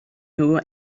nhw